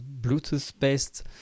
Bluetooth-based